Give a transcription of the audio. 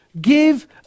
Give